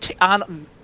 on